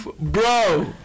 bro